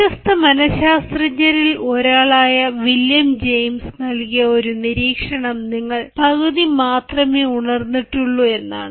പ്രശസ്ത മന ശാസ്ത്രജ്ഞരിൽ ഒരാളായ വില്യം ജെയിംസ് നൽകിയ ഒരു നിരീക്ഷണം നമ്മൾ പകുതി മാത്രമേ ഉണർന്നിട്ടു ഉള്ളൂ എന്നാണ്